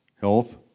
health